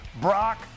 Brock